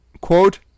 quote